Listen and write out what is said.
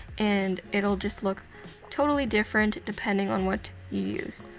and it'll just look totally different, depending on what you use.